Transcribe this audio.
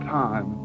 time